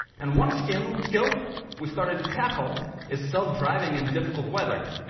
and one skill skill we started to tackle is self-driving in difficult weather,